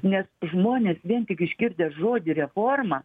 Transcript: nes žmonės vien tik išgirdę žodį reforma